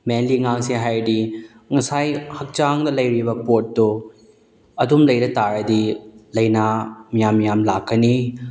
mainly ꯉꯥꯡꯁꯦ ꯍꯥꯏꯔꯗꯤ ꯉꯁꯥꯏ ꯍꯛꯆꯥꯡꯗ ꯂꯩꯔꯤꯕ ꯄꯣꯠꯇꯣ ꯑꯗꯨꯝ ꯂꯩꯔ ꯇꯥꯔꯗꯤ ꯂꯥꯏꯅꯥ ꯃꯌꯥꯝ ꯃꯌꯥꯝ ꯂꯥꯛꯀꯅꯤ